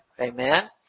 Amen